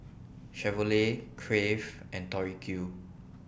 Chevrolet Crave and Tori Q